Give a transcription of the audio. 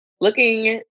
looking